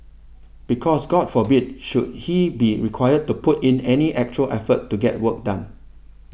because god forbid should he be required to put in any actual effort to get work done